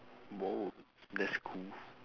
!wow! that's cool